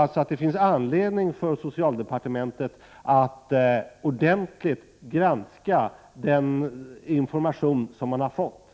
Jag tror att det finns anledning för socialdepartementet att ordentligt granska den information som man har fått